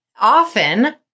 often